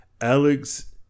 Alex